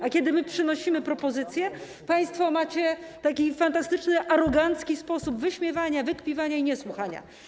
A kiedy my przynosimy propozycje, państwo macie taki fantastyczny arogancki sposób wyśmiewania, wykpiwania i niesłuchania.